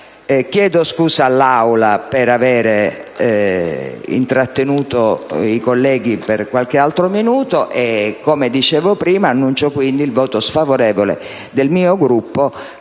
Chiedo scusa all'Aula per aver intrattenuto i colleghi per qualche altro minuto. Come dicevo prima, annuncio il voto sfavorevole del mio Gruppo